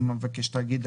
אם המבקש תאגיד,